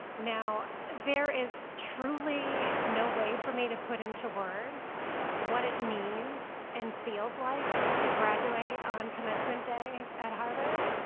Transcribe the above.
now, there is truly no way for me to put into words what it means and feels like to graduate on commencement day at harvard.